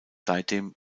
seitdem